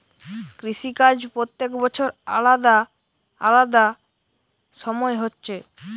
কৃষি কাজ প্রত্যেক বছর আলাদা আলাদা সময় হচ্ছে